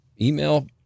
Email